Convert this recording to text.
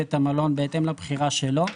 בבית המלון בהתאם לבחירה שלו.